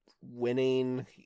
winning